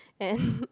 and